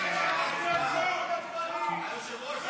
הוא עולה עכשיו או לא?